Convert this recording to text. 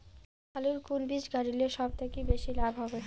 আলুর কুন বীজ গারিলে সব থাকি বেশি লাভ হবে?